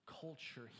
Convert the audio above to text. culture